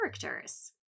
characters